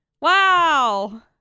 wow